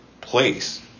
place